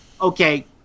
okay